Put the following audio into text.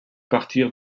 partir